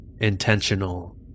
intentional